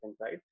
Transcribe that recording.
right